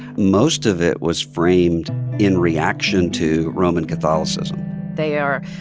most of it was framed in reaction to roman catholicism they are,